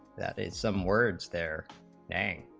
that in some words there any